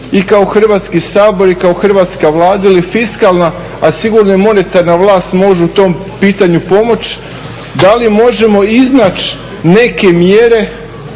i kao Hrvatski sabor i kao hrvatska Vlada ili fiskalna, a sigurno i monetarna vlast može u tom pitanju pomoći da li možemo iznaći neke mjere